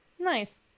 Nice